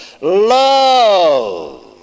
Love